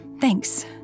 thanks